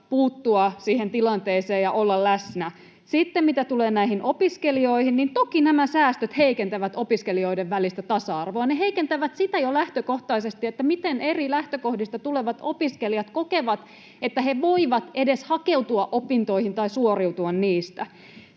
puuttua siihen tilanteeseen ja olla läsnä. Sitten mitä tulee näihin opiskelijoihin, niin toki nämä säästöt heikentävät opiskelijoiden välistä tasa-arvoa, ne heikentävät lähtökohtaisesti jo sitä, miten eri lähtökohdista tulevat opiskelijat kokevat, että he voivat edes hakeutua opintoihin tai suoriutua niistä.